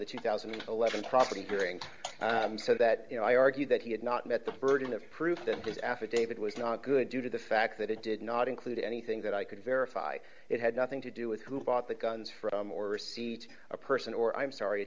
the two thousand and eleven property during so that you know i argue that he had not met the burden of proof that his affidavit was not good due to the fact that it did not include anything that i could verify it had nothing to do with who bought the guns from or see a person or i'm sorry i